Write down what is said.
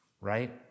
right